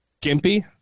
Gimpy